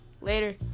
Later